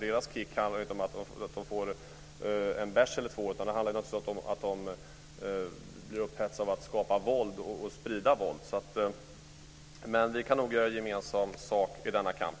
Deras kick handlar inte om att de får en bärs eller två, utan om att de blir upphetsade av att skapa och sprida våld. Vi kan nog göra gemensam sak av denna kamp.